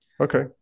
okay